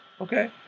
Okay